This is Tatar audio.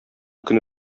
көн